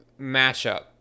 matchup